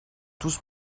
tous